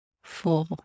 Four